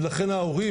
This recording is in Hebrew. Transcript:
ולכן ההורים,